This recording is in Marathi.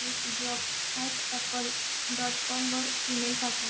येसजॉब्स ॲट ॲपल डॉटकॉमवर ईमेल पाठव